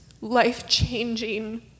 life-changing